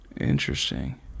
Interesting